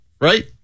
right